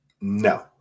No